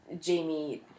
Jamie